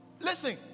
Listen